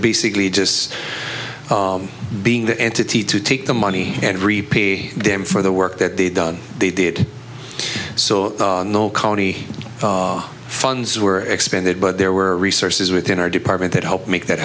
basically just being the entity to take the money and repeat them for the work that they done they did so no county funds were expended but there were resources within our department that helped make that